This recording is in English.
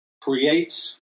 creates